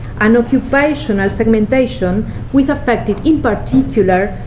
and occupational segmentation which affected, in particular,